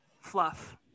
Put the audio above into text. fluff